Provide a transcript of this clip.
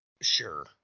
Sure